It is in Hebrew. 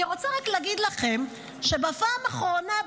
אני רוצה רק להגיד לכם שבפעם האחרונה,